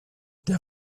der